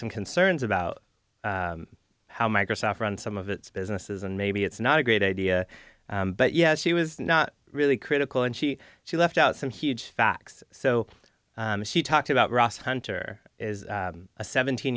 some concerns about how microsoft run some of its businesses and maybe it's not a great idea but yet she was not really critical and she she left out some huge facts so she talked about ross hunter a seventeen